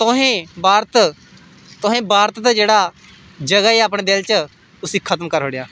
तुसें भारत तुसें भारत दा जेह्ड़ा जगह ऐ अपने दिल च तुसें उस्सी खत्म करी ओड़ेआ